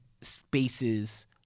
spaces